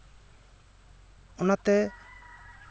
ᱚᱱᱟᱛᱮ